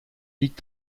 liegt